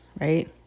Right